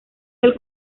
del